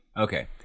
okay